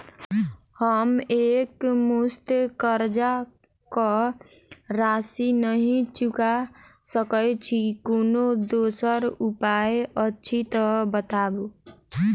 हम एकमुस्त कर्जा कऽ राशि नहि चुका सकय छी, कोनो दोसर उपाय अछि तऽ बताबु?